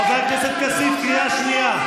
חבר הכנסת כסיף, קריאה שנייה.